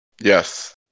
Yes